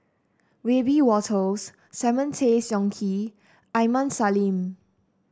Wiebe Wolters Simon Tay Seong Chee Aini Salim